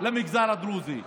למגזר הדרוזי.